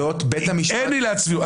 אין עילת סבירות,